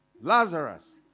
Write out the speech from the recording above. Lazarus